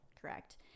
correct